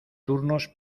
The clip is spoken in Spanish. turnos